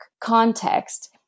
context